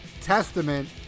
Testament